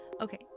Okay